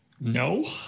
No